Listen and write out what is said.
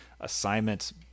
assignments